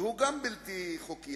וגם הוא היה בלתי חוקי,